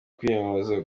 kwiyamamariza